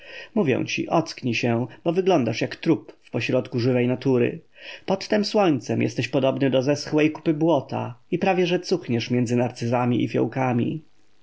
mówię ci ocknij się bo wyglądasz jak trup w pośrodku żywej natury pod tem słońcem jesteś podobny do zeschłej kupy błota i prawie że cuchniesz między narcyzami i fiołkami mam